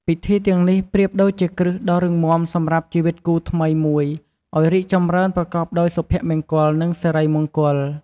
ពិធីទាំងនេះប្រៀបដូចជាគ្រឹះដ៏រឹងមាំសម្រាប់ជីវិតគូថ្មីមួយឲ្យរីកចម្រើនប្រកបដោយសុភមង្គល និងសិរីមង្គល។